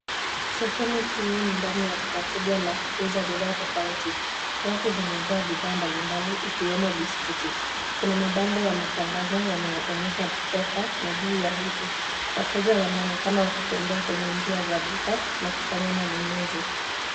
Sehemu hii ni ndani ya duka kubwa la kuuza bidhaa tofauti. Rafu zimejaa bidhaa mbalimbali ikiwemo biskuti. Kuna mabango ya matangazo yanayo onyesha (cs) offer (cs) na bei ya vitu. Wateja wanaonekana wakitembea kwenye njia za duka na kufanya manunuzi.